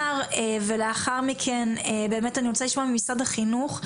לאחר מכן אני רוצה לשמוע ממשרד החינוך,